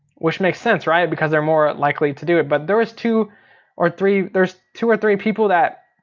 which makes sense right? because they're more likely to do it. but there's two or three, there's two or three people that,